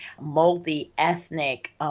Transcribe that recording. multi-ethnic